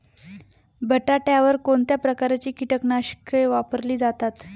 बटाट्यावर कोणत्या प्रकारची कीटकनाशके वापरली जातात?